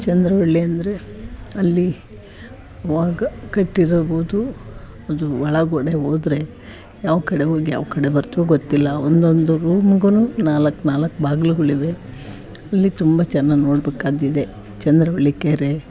ಚಂದ್ರವಳ್ಳಿ ಅಂದರೆ ಅಲ್ಲಿ ಅವಾಗ ಕಟ್ಟಿರಬೌದು ಅದು ಒಳಗಡೆ ಹೋದ್ರೆ ಯಾವ ಕಡೆ ಹೋಗ್ ಯಾವ ಕಡೆ ಬರ್ತೀವೋ ಗೊತ್ತಿಲ್ಲ ಒಂದೊಂದು ರೂಮ್ಗು ನಾಲ್ಕು ನಾಲ್ಕು ಬಾಗಿಲುಗಳಿವೆ ಅಲ್ಲಿ ತುಂಬ ಚೆನ್ನಾಗಿ ನೋಡ್ಬೇಕಾದ್ದಿದೆ ಚಂದ್ರವಳ್ಳಿ ಕೆರೆ